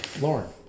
Lauren